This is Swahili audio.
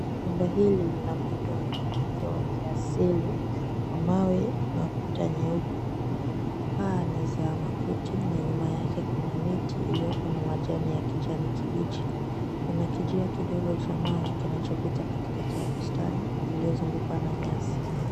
Jumba hili lina muundo wa kipekee wa kiasili wa mawe na kuta nyeupe, paa ni za makuti na nyuma yake kuna miti iliyoko na majani ya kijani kibichi. Kuna kinjia kidogo cha mawe kinachopita katikati ya bustani iliyozungukwa na nyasi.